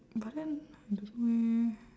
but then I don't know eh